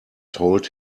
told